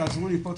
תעזרו לי פה,